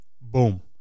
Boom